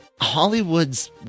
Hollywood's